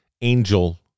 angel